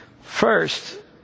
First